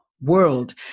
world